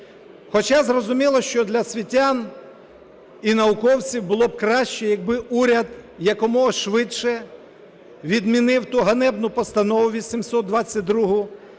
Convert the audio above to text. Хоча зрозуміло, що для освітян і науковців було б краще, якби уряд якомога швидше відмінив ту ганебну Постанову 822,